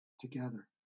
together